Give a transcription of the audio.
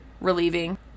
relieving